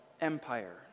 Empire